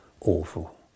awful